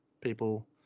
people